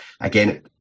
Again